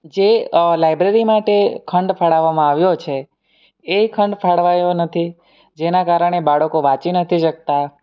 જે લાઇબ્રેરી માટે ખંડ ફાળવવામાં આવ્યો છે એ ખંડ ફાળવાયો નથી જેનાં કારણે બાળકો વાંચી નથી શકતાં